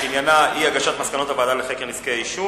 שעניינה אי-הגשת מסקנות הוועדה לחקר נזקי העישון.